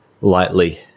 lightly